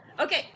Okay